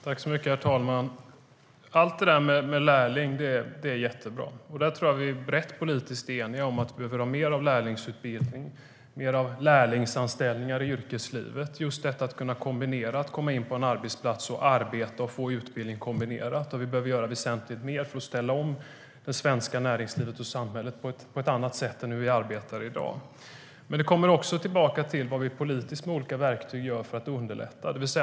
STYLEREF Kantrubrik \* MERGEFORMAT NäringspolitikVi behöver göra väsentligt mer för att ställa om det svenska näringslivet och samhället till ett annat sätt att arbeta på än i dag. Men det handlar också om vad vi politiskt med olika verktyg gör för att underlätta.